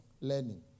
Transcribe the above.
learning